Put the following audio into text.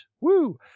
Woo